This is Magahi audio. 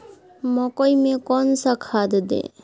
मकई में कौन सा खाद दे?